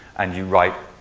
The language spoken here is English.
and you write